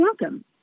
welcome